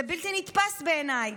זה בלתי נתפס בעיניי,